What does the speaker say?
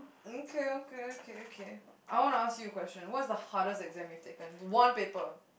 okay okay okay I wanna ask you a questions what's the hardest exam you taken one paper